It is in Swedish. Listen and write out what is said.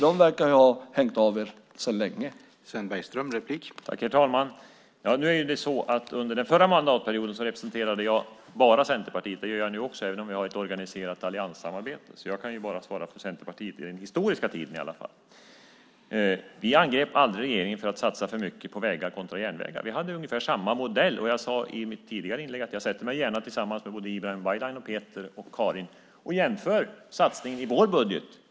De verkar ju ha hängt av er för länge sedan.